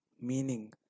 meaning